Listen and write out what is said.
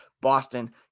Boston